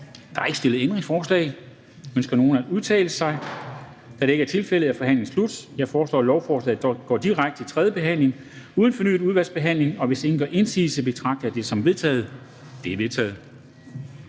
Der er ikke stillet ændringsforslag. Ønsker nogen at udtale sig? Da det ikke er tilfældet, er forhandlingen slut. Jeg foreslår, at lovforslaget går direkte til tredjebehandling uden fornyet udvalgsbehandling. Hvis ingen gør indsigelse, betragter jeg det som vedtaget. Det er vedtaget.